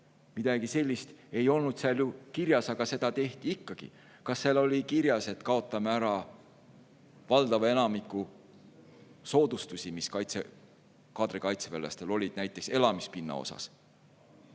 Midagi sellist ei olnud seal ju kirjas, aga seda tehti ikkagi. Kas seal oli kirjas, et kaotame ära valdava osa soodustusi, mis kaadrikaitseväelastel olid näiteks elamispinna